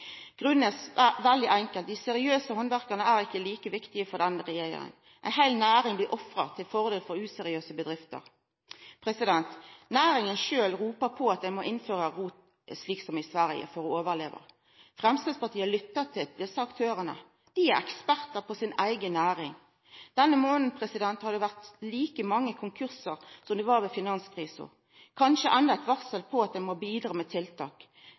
Grunnen er veldig enkel: Dei seriøse handverkarane er ikkje like viktige for denne regjeringa. Ei heil næring blir ofra til fordel for useriøse bedrifter. Næringa sjølv roper på at ein må innføra ROT, slik som i Sverige, for å kunna overleva. Framstegspartiet lyttar til desse aktørane, dei er ekspertar på si eiga næring. Denne månaden har det vore like mange konkursar som det var under finanskrisa – kanskje endå eit varsel om at ein må bidra med tiltak.